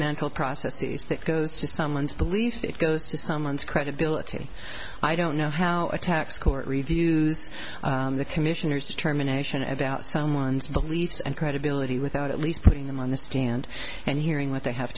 mental processes that goes just someone's belief it goes to someone's credibility i don't know how a tax court reviews the commissioner's determination about someone's beliefs and credibility without at least putting them on the stand and hearing what they have